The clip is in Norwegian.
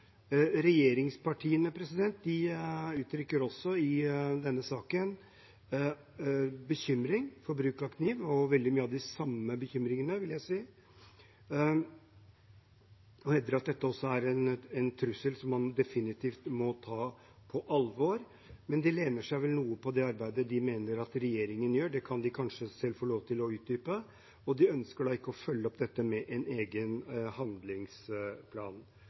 Regjeringspartiene uttrykker også i denne saken bekymring for bruk av kniv – veldig mye av de samme bekymringene, vil jeg si – og hevder at dette også er en trussel som man definitivt må ta på alvor. Men de lener seg vel noe på det arbeidet de mener regjeringen gjør – det kan de kanskje selv få lov til å utdype – og de ønsker da ikke å følge opp dette med en egen handlingsplan.